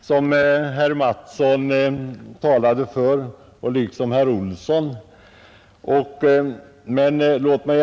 som herr Olsson i Kil och även senare herr Mattsson i Lane-Herrestad talade för.